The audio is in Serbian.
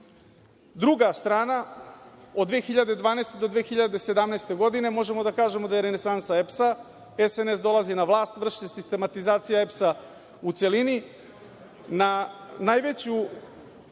druga strana od 2012.-2017. godine, možemo da kažemo da je renesansa EPS-a, SNS dolazi na vlast, vrši se sistematizacija EPS-a u celini. Na najveće